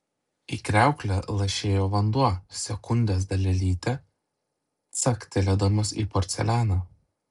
į kriauklę lašėjo vanduo sekundės dalelytę caktelėdamas į porcelianą